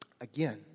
Again